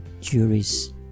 juries